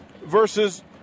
versus